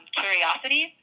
curiosity